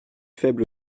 faible